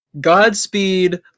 Godspeed